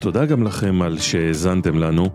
תודה גם לכם על שעזנתם לנו